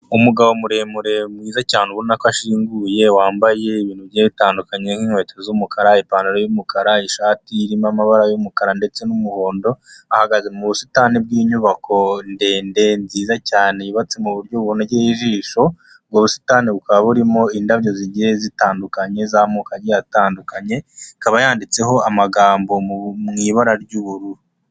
Umugabo muremure mwiza cyane ubona ko ashinguye, wambaye ibintu bigiye bitandukanye nk'inkweto z'umukara, ipantaro y'umukara, ishati irimo amabara y'umukara ndetse n'umuhondo, ahagaze mu busitani bw'inyubako ndende nziza cyane, yubatse mu buryo bunogeye ijisho, ubwo ubusitani bukaba burimo indabyo zigiye zitandukanye, z'amoko agiye atandukanye, ikaba yanditseho amagambo mu ibara ry'ubururu.